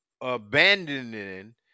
abandoning